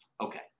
Okay